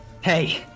Hey